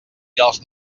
els